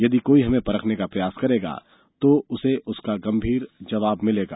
यदि कोई हमें परखने का प्रयास करेगा तो उसे उसका गंभीर जवाब मिलेगा